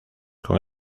con